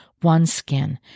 OneSkin